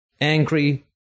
angry